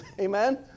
Amen